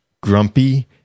Grumpy